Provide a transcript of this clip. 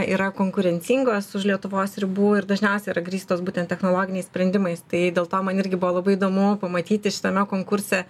yra konkurencingos už lietuvos ribų ir dažniausiai yra grįstos būtent technologiniais sprendimais tai dėl to man irgi buvo labai įdomu pamatyti šitame konkurse